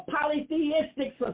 polytheistic